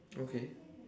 okay